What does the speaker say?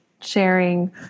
sharing